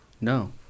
No